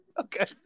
Okay